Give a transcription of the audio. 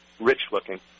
rich-looking